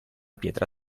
pietra